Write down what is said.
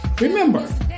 Remember